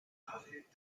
madre